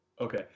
Okay